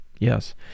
Yes